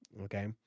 Okay